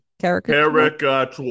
Character